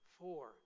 Four